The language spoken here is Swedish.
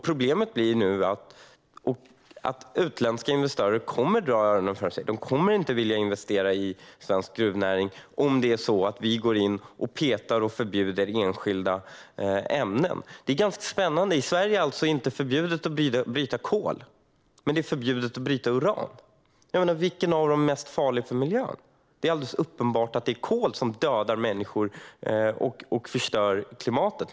Problemet nu blir att utländska investerare kommer att dra öronen åt sig. De kommer inte att vilja investera i svensk gruvnäring om vi går in och petar och förbjuder enskilda ämnen. Det är ganska spännande att det i Sverige alltså inte är förbjudet att bryta kol men att det är förbjudet att bryta uran. Vilket är mest farligt för miljön? Det är alldeles uppenbart att det är kol som dödar människor och förstör klimatet.